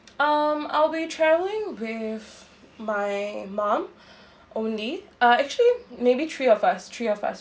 um I'll be travelling with my mum only uh actually maybe three of us three of us